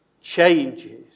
changes